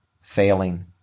failing